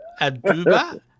Aduba